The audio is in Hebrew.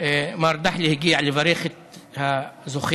מר דחלה הגיע לברך את הזוכה,